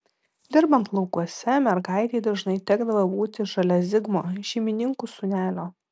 dirbant laukuose mergaitei dažnai tekdavo būti šalia zigmo šeimininkų sūnelio